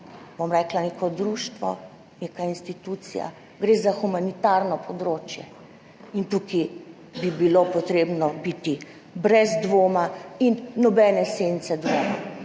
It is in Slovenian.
ni samo neko društvo, neka institucija, gre za humanitarno področje. In tukaj bi bilo potrebno biti brez dvoma, brez sence dvoma.